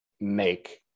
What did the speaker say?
make